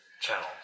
channels